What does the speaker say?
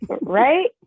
right